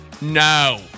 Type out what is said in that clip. No